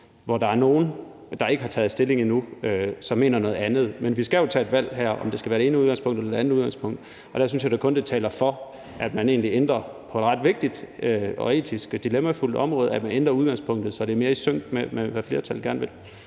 hvor der er nogle, der ikke har taget stilling endnu, som mener noget andet. Men vi skal jo tage et valg her om, om det skal være det ene udgangspunkt eller det andet udgangspunkt, og der synes jeg da kun, det taler for, at man på et ret vigtigt og etisk dilemmafyldt område ændrer udgangspunktet, så det er mere i sync med, hvad flertallet gerne vil.